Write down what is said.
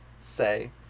say